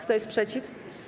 Kto jest przeciw?